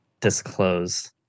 disclose